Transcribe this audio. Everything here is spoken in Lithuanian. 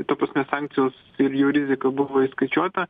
ta prasme sankcijos ir jų rizika buvo įskaičiuota